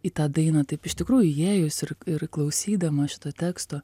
į tą dainą taip iš tikrųjų įėjus ir ir klausydama šito teksto